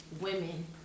women